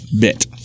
bit